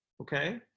Okay